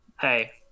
Hey